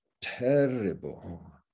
terrible